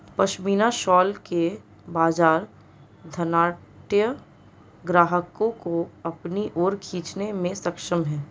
पशमीना शॉल का बाजार धनाढ्य ग्राहकों को अपनी ओर खींचने में सक्षम है